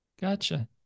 Gotcha